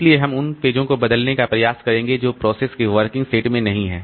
इसलिए हम उन पेजों को बदलने का प्रयास करेंगे जो प्रोसेस के वर्किंग सेट में नहीं हैं